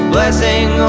Blessing